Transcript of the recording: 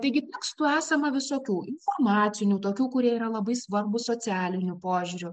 taigi tekstų esama visokių informacinių tokių kurie yra labai svarbūs socialiniu požiūriu